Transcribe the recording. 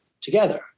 together